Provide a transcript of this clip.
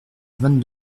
vingt